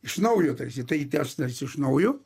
iš naujo tarsi tai tas tas iš naujo